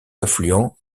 affluent